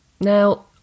Now